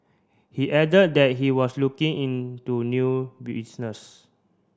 he added that he was looking into new business